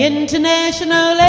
International